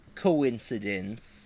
coincidence